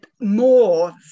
more